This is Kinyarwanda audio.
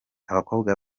abakobwa